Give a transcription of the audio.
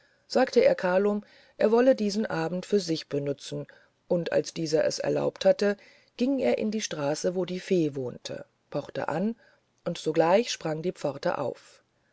sagte er kalum er wolle diesen abend für sich benützen und als dieser es erlaubt hatte ging er in die straße wo die fee wohnte pochte an und sogleich sprang die pforte auf